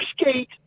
skate